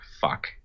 Fuck